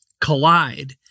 collide